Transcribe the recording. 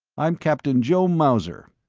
i'm captain joe mauser.